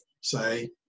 say